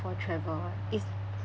for travel ah is